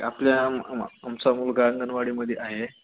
आपल्या आमचा मुलगा अंगणवाडीमध्ये आहे